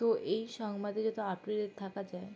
তো এই সংবাদে যত আপ টু ডেট থাকা যায়